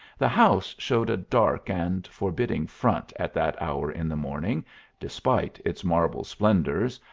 the house showed a dark and forbidding front at that hour in the morning despite its marble splendors,